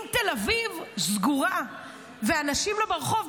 אם תל אביב סגורה ואנשים לא ברחוב,